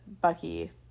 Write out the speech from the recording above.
Bucky